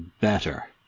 better